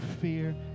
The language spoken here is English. fear